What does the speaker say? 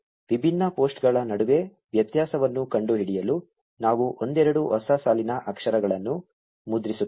ವಿಭಿನ್ನ ಪೋಸ್ಟ್ಗಳ ನಡುವೆ ವ್ಯತ್ಯಾಸವನ್ನು ಕಂಡುಹಿಡಿಯಲು ನಾವು ಒಂದೆರಡು ಹೊಸ ಸಾಲಿನ ಅಕ್ಷರಗಳನ್ನು ಮುದ್ರಿಸುತ್ತೇವೆ